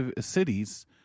cities